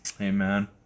Amen